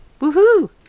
Woohoo